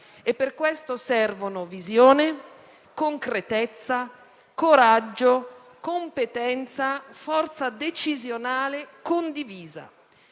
Per questo servono visione, concretezza, coraggio, competenza, forza decisionale condivisa.